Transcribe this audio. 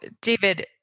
David